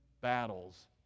battles